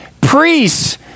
Priests